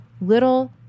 little